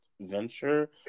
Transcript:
venture